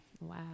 Wow